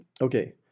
okay